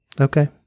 Okay